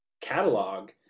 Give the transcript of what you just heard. catalog